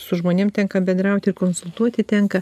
su žmonėm tenka bendrauti ir konsultuoti tenka